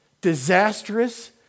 disastrous